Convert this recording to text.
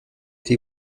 été